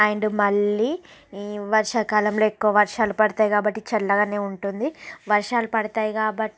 and మళ్లీ ఈ వర్షాకాలంలో ఎక్కువ వర్షాలు పడతాయి కాబట్టి చల్లగానే ఉంటుంది వర్షాలు పడతాయి కాబట్టి